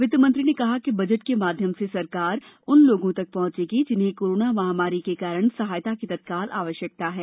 वित्त मंत्री ने कहा कि बजट के माध्यम से सरकार उन लोगों तक पहुंचेगी जिन्हें कोरोना महामारी के कारण सहायता की तत्काल आवश्यकता है